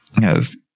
Yes